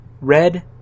red